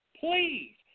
please